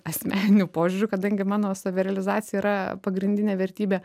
asmeniniu požiūriu kadangi mano savirealizacija yra pagrindinė vertybė